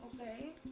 Okay